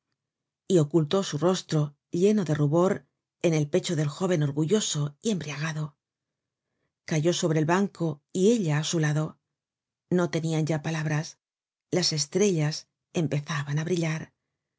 y ocultó su rostro lleno de rubor en el pecho del jóven orgulloso y embriagado cayó sobre el banco y ella á su lado no tenian ya palabras las estrellas empezaban á brillar